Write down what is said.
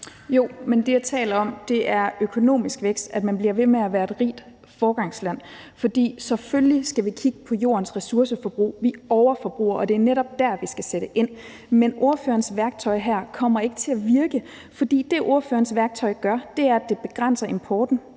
Jo, men det, jeg taler om, er økonomisk vækst, altså at man bliver ved med at være et rigt foregangsland. For selvfølgelig skal vi kigge på forbruget af Jordens ressourcer. Vi overforbruger, og det er netop der, vi skal sætte ind. Men ordførerens værktøj her kommer ikke til at virke, fordi det, ordførerens værktøj gør, er, at det begrænser importen.